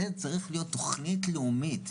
זה צריך להיות תכנית לאומית.